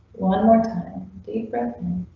one more time to eat breakfast.